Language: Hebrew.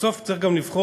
בסוף צריך גם לבחור